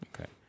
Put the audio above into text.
Okay